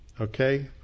okay